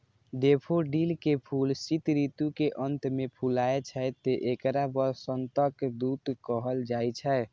daffodil के फूल शीत ऋतु के अंत मे फुलाय छै, तें एकरा वसंतक दूत कहल जाइ छै